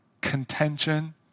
contention